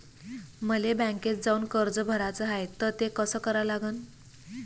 मले बँकेत जाऊन कर्ज भराच हाय त ते कस करा लागन?